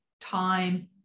time